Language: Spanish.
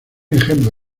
ejemplo